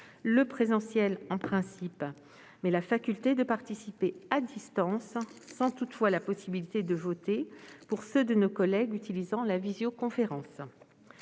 le présentiel en principe, mais la faculté de participer à distance, sans toutefois la possibilité de voter pour ceux de nos collègues utilisant la visioconférence.